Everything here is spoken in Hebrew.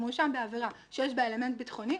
ומואשם בעבירה שיש בה אלמנט ביטחוני,